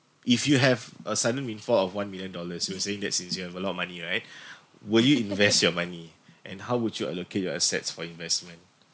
if you have a sudden windfall of one million dollars you were saying that since you have a lot of money right will you invest your money and how would you allocate your assets for investment